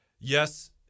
yes